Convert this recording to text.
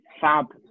fab